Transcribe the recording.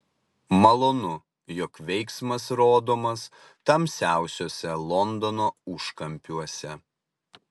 malonu jog veiksmas rodomas tamsiausiuose londono užkampiuose